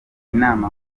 inama